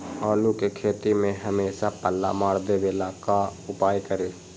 आलू के खेती में हमेसा पल्ला मार देवे ला का उपाय करी?